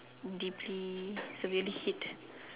deeply it's a really hit